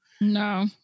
No